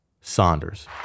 Saunders